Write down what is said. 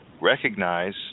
recognize